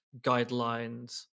guidelines